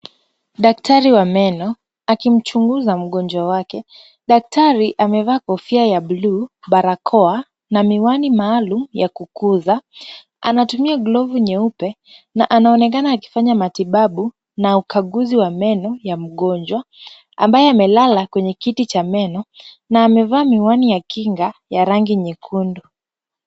Daktari wa meno akimchunguza mgonjwa wake. Daktari amevaa kofia ya bluu, barakoa na miwani maalum ya kukuza. Anatumia glovu nyeupe na anaonekana akifanya matibabu na ukaguzi wa meno ya mgonjwa ambaye amelala kwenye kiti cha meno na amevaa miwani ya kinga ya rangi nyekundu.